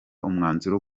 umwanzuro